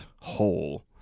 hole